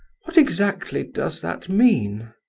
what, exactly, does that mean?